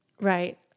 Right